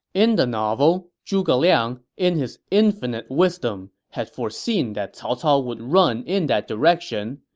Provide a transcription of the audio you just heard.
in the novel, zhuge liang, in his infinite wisdom, had foreseen that cao cao would run in that direction,